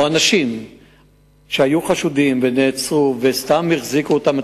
או אנשים שהיו חשודים ונעצרו וסתם החזיקו אותם,